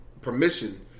permission